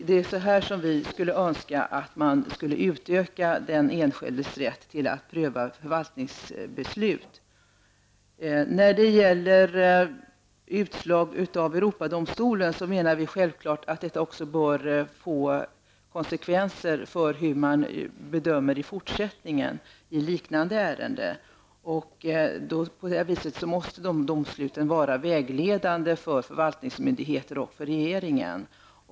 Det är så här vi önskar att man skulle utöka den enskildes rätt till att få förvaltningsbeslut prövade i domstol. Utslag av Europadomstolen menar vi bör få konsekvenser för hur man bedömer liknande ärenden i fortsättningen. Dessa domstolsbeslut måste vara vägledande för förvaltningsmyndigheterna och regeringen.